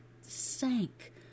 sank